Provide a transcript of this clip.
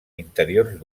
interiors